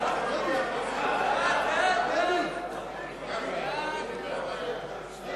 להעביר את הצעת חוק לתיקון פקודת מסי